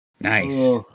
Nice